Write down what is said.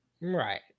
right